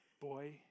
boy